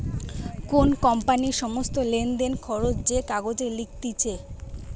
কোন কোম্পানির সমস্ত লেনদেন, খরচ যে কাগজে লিখতিছে